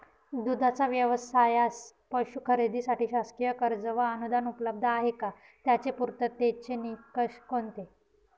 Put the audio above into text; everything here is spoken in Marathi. दूधाचा व्यवसायास पशू खरेदीसाठी शासकीय कर्ज व अनुदान उपलब्ध आहे का? त्याचे पूर्ततेचे निकष कोणते?